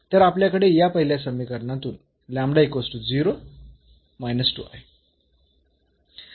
तर आपल्याकडे या पहिल्या समीकरणातून आहे